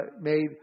made